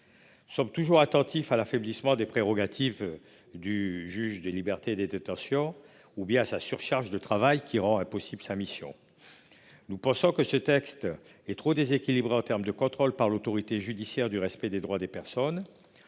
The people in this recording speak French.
Nous sommes en effet toujours attentifs à l'affaiblissement des prérogatives du juge des libertés et de la détention ou à sa surcharge de travail, qui rend impossible l'exercice de sa mission. Nous pensons que le texte est trop déséquilibré en termes de contrôle par l'autorité judiciaire du respect des droits des personnes.